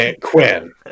Quinn